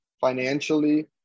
financially